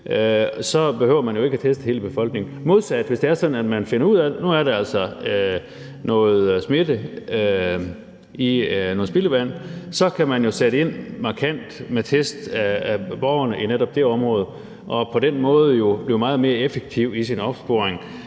Så behøver man jo ikke at teste hele befolkningen. Men hvis det modsat er sådan, at man finder ud af, at der altså nu er noget smitte i noget spildevand, kan man jo sætte markant ind med test af borgerne i netop det område, og på den måde kan man blive meget mere effektiv i sin opsporing